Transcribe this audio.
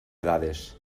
dades